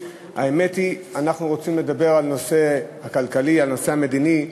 האמת היא שאנחנו רוצים לדבר על הנושא הכלכלי והמדיני,